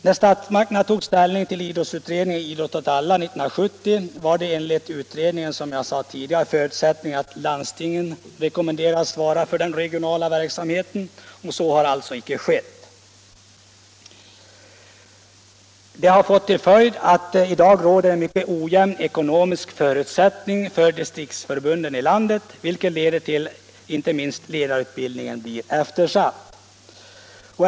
När statsmakterna tog ställning till idrottsutredningens betänkande Idrott åt alla år 1970 var det enligt utredningen bl.a. en förutsättning att landstingen rekommenderades svara för den regionala verksamheten. Så har alltså icke skett. Det har fått till följd att det i dag råder mycket ojämna ekonomiska förutsättningar för distriktsförbunden i landet, vilket leder till att inte minst ledarutbildningen blir eftersatt.